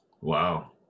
Wow